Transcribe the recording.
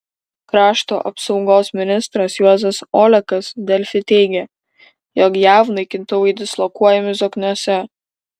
krašto apsaugos ministras juozas olekas delfi teigė jog jav naikintuvai dislokuojami zokniuose